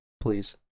please